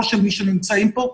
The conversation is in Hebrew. לא של מי שנמצאים פה,